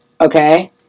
okay